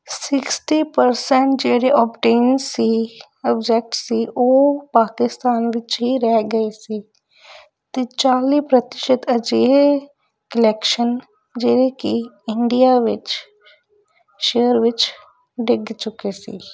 sixty percent ਜਿਹੜੇ obtain ਸੀ object ਸੀ ਉਹ ਪਾਕਿਸਤਾਨ ਵਿੱਚ ਹੀ ਰਹਿ ਗਏ ਸੀ ਅਤੇ ਚਾਲੀ ਪ੍ਰਤੀਸ਼ਤ ਅਜਿਹੇ ਕਲੈਕਸ਼ਨ ਜਿਹੜੇ ਕਿ ਇੰਡੀਆ ਵਿੱਚ ਸ਼ੇਅਰ ਵਿੱਚ ਡਿੱਗ ਚੁੱਕੇ ਸੀ